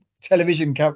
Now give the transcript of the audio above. television